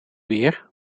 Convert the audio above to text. weer